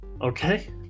okay